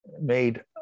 made